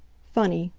funny.